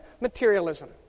materialism